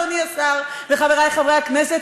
אדוני השר וחברי חברי הכנסת?